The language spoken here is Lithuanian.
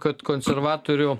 kad konservatorių